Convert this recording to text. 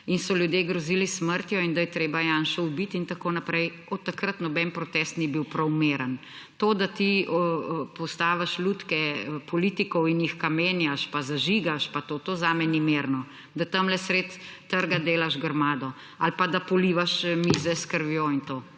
in so ljudje grozili s smrtjo in da je treba Janšo ubit in tako naprej, od takrat noben protest ni bil prav miren. To, da ti postaviš lutke politikov in jih kamenjaš, pa zažigaš, pa to, to zame ni mirno. Da tamle sredi trga delaš grmado ali pa da polivaš mize s krvjo in to